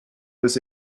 was